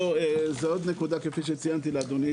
עוד נקודה כפי שציינתי לאדוני,